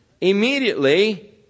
Immediately